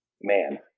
man